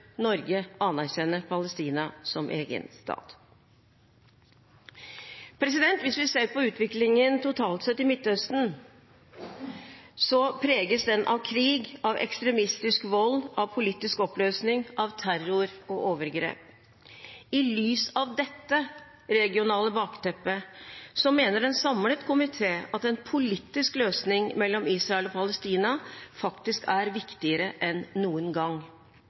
Norge anerkjenne Palestina som egen stat. Hvis vi ser på utviklingen totalt sett i Midtøsten, preges den av krig, ekstremistisk vold, politisk oppløsning, terror og overgrep. I lys av dette regionale bakteppet mener en samlet komité at en politisk løsning mellom Israel og Palestina er viktigere enn noen gang,